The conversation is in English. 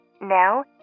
Now